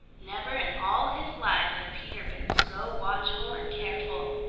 never in all his life had peter been so watchful and careful.